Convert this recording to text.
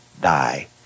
die